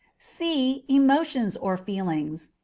c. emotions or feelings.